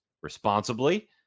responsibly